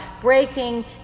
breaking